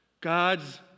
God's